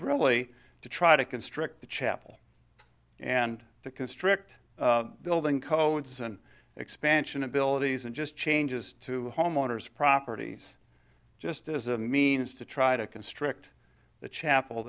really to try to constrict the chapel and to constrict building codes and expansion abilities and just changes to homeowners properties just as a means to try to constrict the chapel